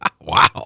Wow